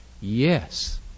Yes